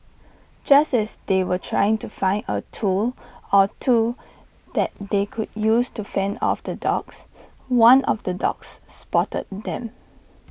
just as they were trying to find A tool or two that they could use to fend off the dogs one of the dogs spotted them